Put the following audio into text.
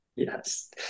Yes